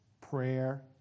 prayer